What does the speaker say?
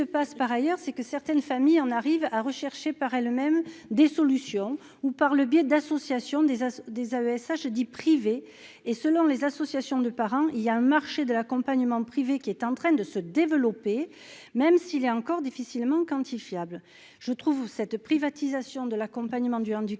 passe par ailleurs, c'est que certaines familles en arrive à rechercher par elle-même des solutions ou par le biais d'associations des des AESH 10 privé et, selon les associations de parents il y a un marché de l'accompagnement privé qui est en train de se développer, même s'il est encore difficilement quantifiables, je trouve cette privatisation de l'accompagnement du handicap,